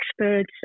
experts